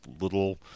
little